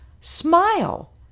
smile